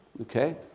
Okay